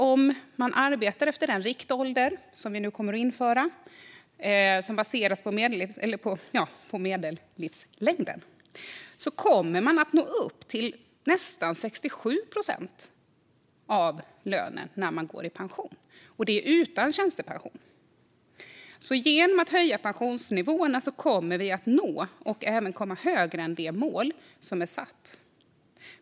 Om man arbetar efter den riktålder som vi nu kommer att införa, som baseras på medellivslängden, kommer man att nå upp till nästan 67 procent av lönen när man går i pension, och det är utan tjänstepension. Genom att höja pensionsnivåerna kommer vi alltså att nå och även komma högre än det mål som är satt.